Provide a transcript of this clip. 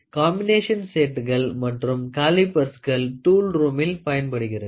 combination செட்டுகள் மற்றும் காலிபர்சுகள் டூல் ரூமில் பயன்படுகிறது